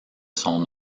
son